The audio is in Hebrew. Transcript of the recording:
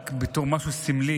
רק בתור משהו סמלי.